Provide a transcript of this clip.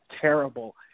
terrible